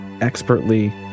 expertly